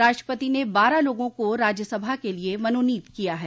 राष्ट्रपति ने बारह लोगों को राज्यसभा के लिए मनोनीत किया है